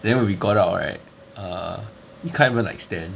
then we got out right err we can't even like stand